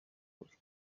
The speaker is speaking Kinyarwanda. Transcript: kure